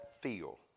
feel